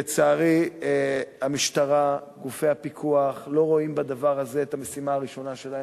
לצערי המשטרה וגופי הפיקוח לא רואים בדבר הזה את המשימה הראשונה שלהם.